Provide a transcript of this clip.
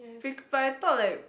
bec~ but I thought like